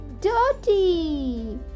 dirty